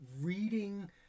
reading